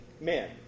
men